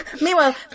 meanwhile